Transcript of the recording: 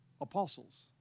apostles